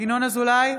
ינון אזולאי,